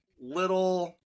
little